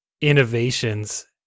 innovations